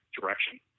direction